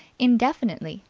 indefinitely,